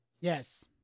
Yes